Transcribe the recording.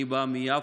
אני בא מיפו,